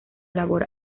labor